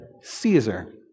Caesar